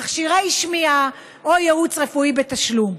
מכשירי שמיעה או ייעוץ רפואי בתשלום.